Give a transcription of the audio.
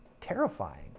terrifying